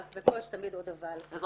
אבל ופה יש תמיד עוד אבל --- שניה,